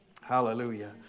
hallelujah